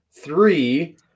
three